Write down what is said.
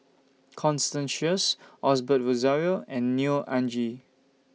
Constance Sheares Osbert Rozario and Neo Anngee